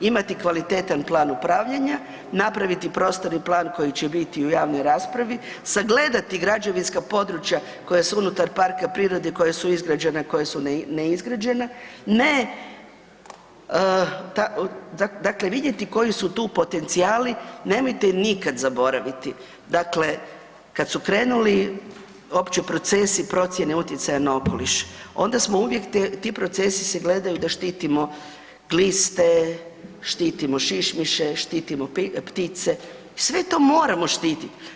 Imati kvalitetan plan upravljanja, napraviti prostorni plan koji će biti u javnoj raspravi, sagledati građevinska područja koja su unutar parka prirode, koja su izgrađena, koja su neizgrađena, ne, dakle, vidjeti koji su tu potencijali, nemojte nikad zaboraviti, dakle kad su krenuli uopće procesi procjene utjecaja na okoliš, onda smo uvijek ti procesi se gledaju da štitimo gliste, štitimo šišmiše, štitimo ptice, sve to moramo štititi.